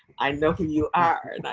i know who you are.